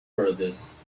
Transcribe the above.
furthest